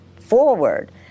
forward